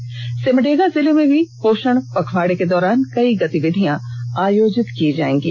वहीं सिमडेगा जिले में भी पोषण पखवाडा के दौरान कई गतिविधियां आयोजित की जाएंगी